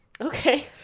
Okay